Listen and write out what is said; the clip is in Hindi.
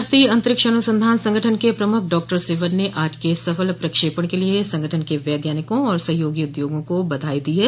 भारतीय अंतरिक्ष अनुसंधान संगठन के प्रमुख डॉक्टर सिवन ने आज के सफल प्रक्षेपण के लिए संगठन के वैज्ञानिकों और सहयोगी उधोगों को बधाई दी है